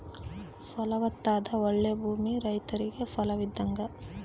ಫಲವತ್ತಾದ ಓಳ್ಳೆ ಭೂಮಿ ರೈತರಿಗೆ ವರವಿದ್ದಂಗ